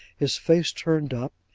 his face turned up,